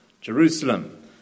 Jerusalem